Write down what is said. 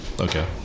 Okay